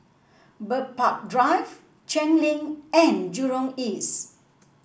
Bird Park Drive Cheng Lim and Jurong East